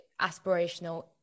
aspirational